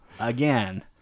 again